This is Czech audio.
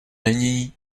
není